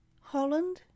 Holland